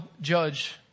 judge